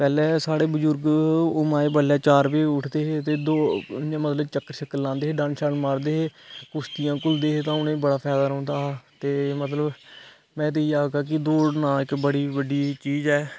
पहले साढ़े बजूर्ग चार बजे उठदे है डंड मारदे हा चक्कर लांदे हे कुशतियां घुलदे है ते ओह् तां उन्हेगी बडा फायदा रौंहदा हा ते मतलब में ते इयै आक्खगा कि दौड़ना इक बड़ी बड्डी गल्ल ऐ